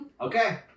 Okay